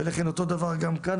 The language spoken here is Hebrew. וגם כאן ככה.